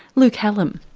luke hallum.